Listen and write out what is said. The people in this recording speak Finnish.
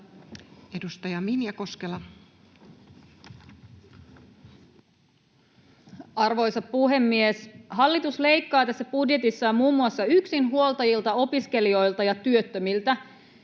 Edustaja Minja Koskela. Arvoisa puhemies! Hallitus leikkaa tässä budjetissaan muun muassa yksinhuoltajilta, opiskelijoilta ja työttömiltä.